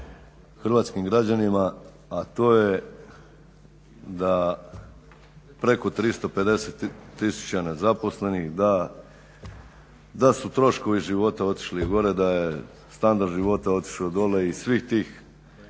hrvatskim građanima, a to je da preko 350 tisuća nezaposlenih, da su troškovi života otišli gore, da je standard života otišao dole i svih tih